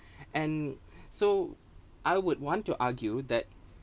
and so I would want to argue that